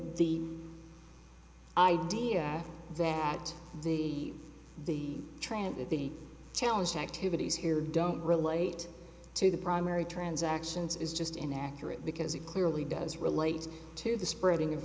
the idea that the the train and the challenge activities here don't relate to the primary transactions is just inaccurate because it clearly does relate to the spreading of